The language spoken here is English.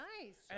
Nice